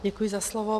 Děkuji za slovo.